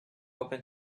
open